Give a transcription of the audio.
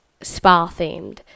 spa-themed